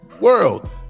world